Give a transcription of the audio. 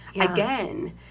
again